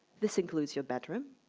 this includes your bedroom,